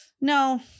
No